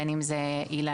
בין אם זה אילנות.